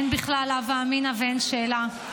אין בכלל הווה אמינא ואין שאלה,